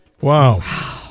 Wow